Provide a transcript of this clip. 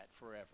forever